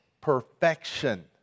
Perfection